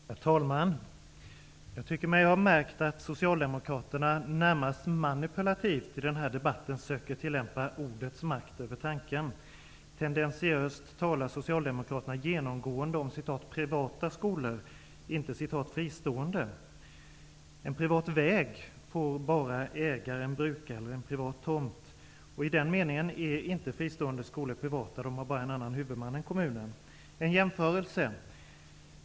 Herr talman! Jag tycker mig ha märkt att socialdemokraterna närmast manipulativt söker tillämpa ordets makt över tanken i den här debatten. Socialdemokraterna talar tendensiöst genomgående om ''privata skolor'' inte ''fristående''. En privat väg eller en privat tomt får bara ägaren bruka. I den meningen är inte fristående skolor privata. De har bara en annan huvudman än kommunen. Låt mig ta en jämförelse.